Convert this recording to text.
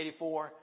1984